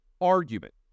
Argument